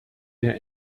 der